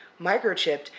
microchipped